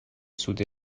سود